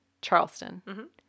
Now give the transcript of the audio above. Charleston